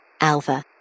Alpha